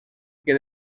que